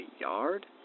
yard